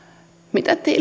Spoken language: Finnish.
mitä teille